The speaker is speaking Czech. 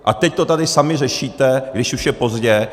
A teď to tady sami řešíte, když už je pozdě.